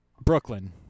Brooklyn